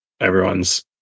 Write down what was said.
everyone's